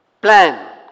plan